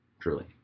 truly